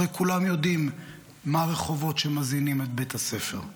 הרי כולם יודעים מה הרחובות שמזינים את בית הספר,